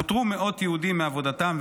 פוטרו מאות יהודים מעבודתם,